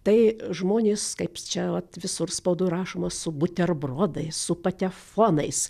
tai žmonės kaip čia vat visur spaudoj rašoma su buterbrodais su patefonais